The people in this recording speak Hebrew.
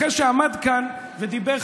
אחרי שעמד כאן ודיבר,